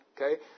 okay